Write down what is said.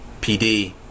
PD